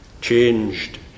Changed